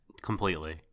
Completely